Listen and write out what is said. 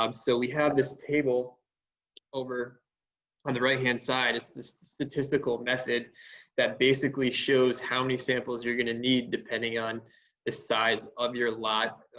um so we have this table over on the right hand side. it's this statistical method that basically shows how many samples you're gonna need depending on the size of your lot,